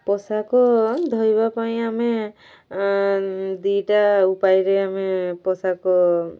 ପୋଷାକ ଧୋଇବା ପାଇଁ ଆମେ ଦୁଇଟା ଉପାୟରେ ଆମେ ପୋଷାକ